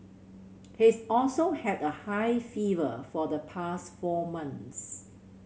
he's also had a high fever for the past four months